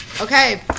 Okay